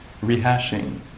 rehashing